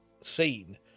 scene